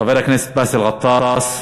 חבר הכנסת באסל גטאס,